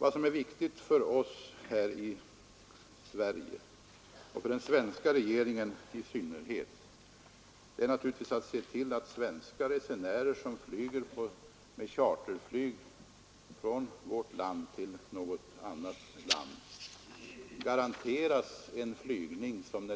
Vad som är viktigt för oss här i Sverige, och för den svenska regeringen i synnerhet, är naturligtvis att se till att svenska resenärer som flyger med charterflyg från vårt land till något annat garanteras en flygning som